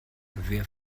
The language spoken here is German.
wer